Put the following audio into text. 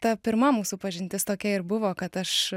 ta pirma mūsų pažintis tokia ir buvo kad aš